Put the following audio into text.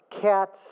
cats